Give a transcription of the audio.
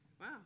Wow